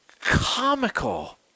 comical